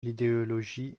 l’idéologie